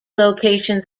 locations